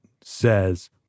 says